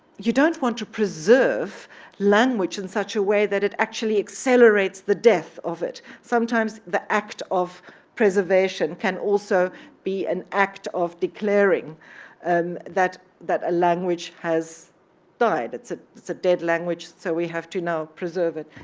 you don't want to preserve language in such a way that it actually accelerates the death of it. sometimes the act of preservation can also be an act of declaring um that a language has died. it's a dead language so we have to now preserve it.